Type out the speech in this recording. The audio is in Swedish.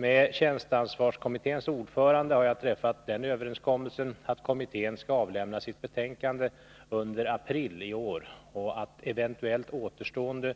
Med tjänsteansvarskommitténs ordförande har jag träffat den överenskommelsen att kommittén skall avlämna sitt betänkande under april i år och att eventuellt återstående